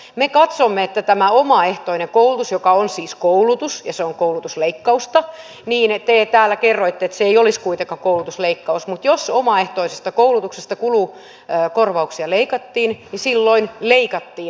me katsomme että tämä omaehtoinen koulutus on siis koulutus ja kyse on koulutusleikkausta ja te täällä kerroitte että se ei olisi kuitenkaan koulutusleikkaus mutta jos omaehtoisesta koulutuksesta kulukorvauksia leikattiin niin silloin leikattiin koulutuksesta